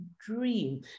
Dream